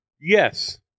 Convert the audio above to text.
Yes